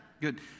Good